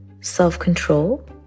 self-control